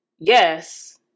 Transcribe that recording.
Yes